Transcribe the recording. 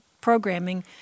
programming